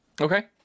Okay